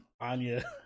anya